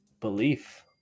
belief